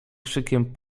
krzykiem